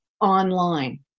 online